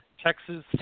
Texas